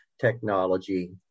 technology